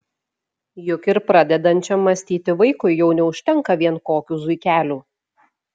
juk ir pradedančiam mąstyti vaikui jau neužtenka vien kokių zuikelių